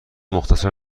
مختصر